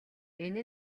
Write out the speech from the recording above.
энэ